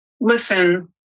listen